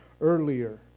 earlier